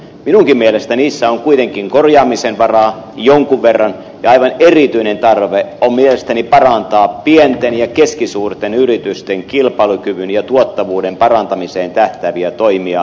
minunkin mielestäni siinä on kuitenkin korjaamisen varaa jonkun verran ja aivan erityinen tarve on mielestäni parantaa pienten ja keskisuurten yritysten kilpailukyvyn ja tuottavuuden parantamiseen tähtääviä toimia